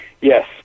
yes